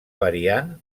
variant